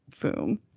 boom